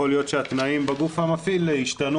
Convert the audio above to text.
יכול להיות שהתנאים בגוף המפעיל השתנו